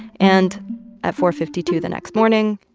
and at four fifty two the next morning,